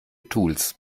tools